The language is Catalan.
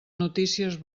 notícies